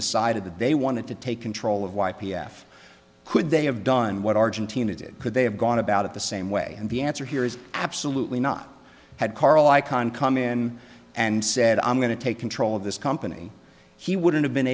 decided that they wanted to take control of why p f could they have done what argentina did could they have gone about it the same way and the answer here is absolutely not had carl icahn come in and said i'm going to take control of this company he wouldn't have been